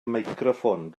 meicroffon